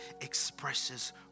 expresses